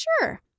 Sure